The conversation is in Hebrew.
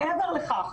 מעבר לכך,